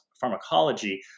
pharmacology